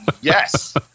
Yes